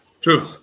true